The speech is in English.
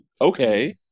Okay